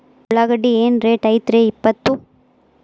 ಉಳ್ಳಾಗಡ್ಡಿ ಏನ್ ರೇಟ್ ಐತ್ರೇ ಇಪ್ಪತ್ತು?